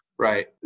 Right